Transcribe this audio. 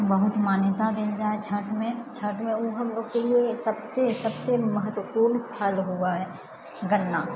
बहुत मान्यता देल जाइ है छठमे छठमे ओ हमलोगके लिए सबसे सबसे महत्वपूर्ण फल हुवै है गन्ना